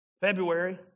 February